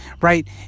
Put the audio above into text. right